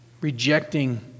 rejecting